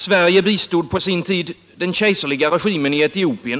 Sverige bistod på sin tid den kejserliga regimen i Etiopien